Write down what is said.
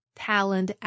talent